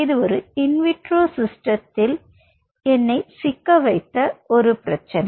இது ஒரு in vitro சிஸ்டத்தில் என்னை சிக்கவைத்த ஒரு பிரச்சனை